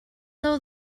though